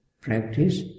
practice